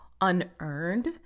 unearned